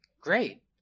great